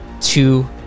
two